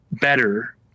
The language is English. better